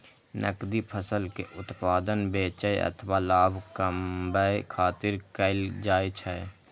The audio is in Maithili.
नकदी फसल के उत्पादन बेचै अथवा लाभ कमबै खातिर कैल जाइ छै